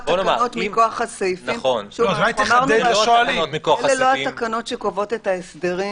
אלה לא התקנות מכוח הסעיפים שקובעות את ההסדרים